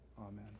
Amen